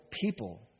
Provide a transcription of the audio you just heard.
people